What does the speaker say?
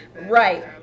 Right